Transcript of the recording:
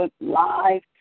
live